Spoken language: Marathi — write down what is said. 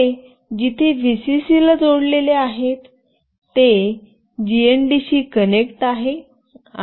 हे जिथे व्हीसीसी ला जोडलेले आहे ते जीएनडी शी कनेक्ट आहे